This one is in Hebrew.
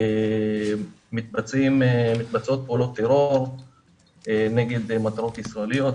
מתבצעות פעולות טרור נגד מטרות ישראליות,